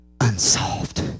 unsolved